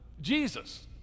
Jesus